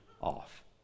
off